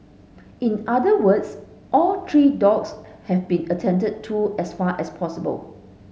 in other words all three dogs have been attended to as far as possible